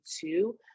two